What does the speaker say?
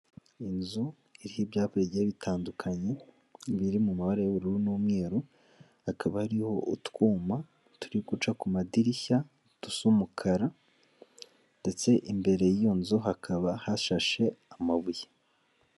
Inzu iriho ibyapa bigiye bitandukanye biri mu mabara y'ubururu n'umweru hakaba ari ho utwuma turi guca ku madirishya tusu umukara ndetse imbere y'iyo nzu hakaba hashashe amabuye.